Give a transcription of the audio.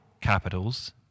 capitals